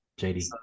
JD